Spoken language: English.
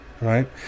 right